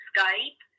Skype